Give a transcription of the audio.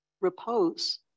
repose